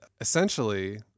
essentially